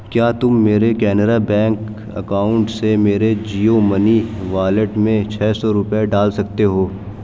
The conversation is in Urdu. کیا تم میرے کینرا بینک اکاؤنٹ سے میرے جیو منی والیٹ میں چھ سو روپے ڈال سکتے ہو